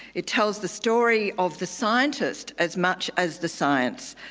it tells the story of the scientist as much as the science.